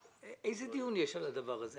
איזה דיון יש על הנושא הזה?